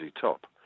Top